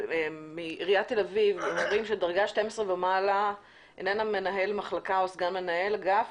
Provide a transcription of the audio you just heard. בעיריית תל אביב שדרגה 12 ומעלה איננה מנהל מחלקה או סגן מנהל אגף,